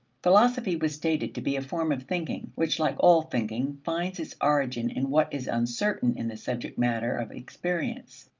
philosophy was stated to be a form of thinking, which, like all thinking, finds its origin in what is uncertain in the subject matter of experience,